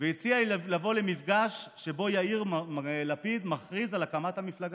והציע לי לבוא למפגש שבו יאיר לפיד מכריז על הקמת המפלגה.